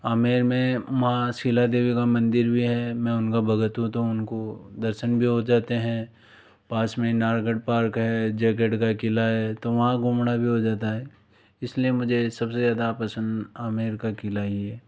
आमेर में माँ शीला देवी का मंदिर भी है मैं उनका भक्त हूँ तो उनको दर्शन भी हो जाते हैं पास में नारगढ़ पार्क है जयगढ़ का किला है तो वहाँ घूमना भी हो जाता है इसलिए मुझे सबसे ज़्यादा पसंद आमेर का किला ही है